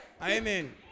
Amen